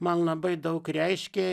man labai daug reiškia